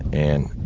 and,